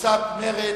וקבוצת מרצ: